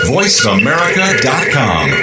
VoiceAmerica.com